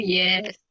yes